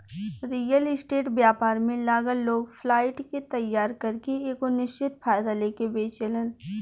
real estate व्यापार में लागल लोग फ्लाइट के तइयार करके एगो निश्चित फायदा लेके बेचेलेन